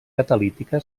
catalítica